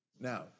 Now